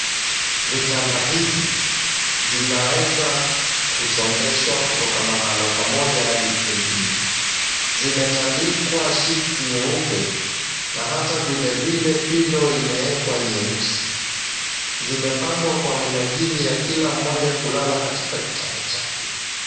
Vitanda hizi zinaeza kusongeshwa kutoka mahala pamoja hadi kwingine. Zimetandikwa sheets nyeupe na hata vile vile pillow imeekwa nyeusi. Zimepangwa kwa minajili ya kila mmoja kulala katika kitanda chake.